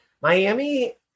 Miami